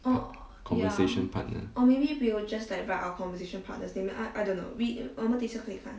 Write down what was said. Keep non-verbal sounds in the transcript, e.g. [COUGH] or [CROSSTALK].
[NOISE] conversation partner